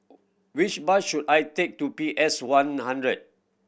which bus should I take to P S One hundred